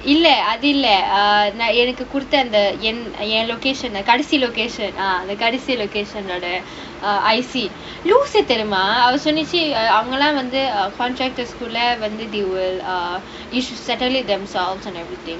இல்ல அது இல்ல:illa athu illa err நான் எனக்கு கொடுத்த அந்த என் என்:naan enakku kodutha antha en en location ah கடைசி:kadaisi location ah அந்த கடைசி:antha kadaisi location ஓட:oda err I feel loose தெரியுமா அவ சொன்னிச்சி அவங்கல்லாம் வந்து:theriyumaa ava sonnichchi avangallaam vanthu contractors குள்ள வந்து:kulla vanthu they will err each settle it themselves and everything